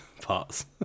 parts